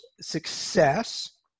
success